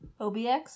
OBX